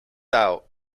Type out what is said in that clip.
out